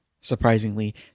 surprisingly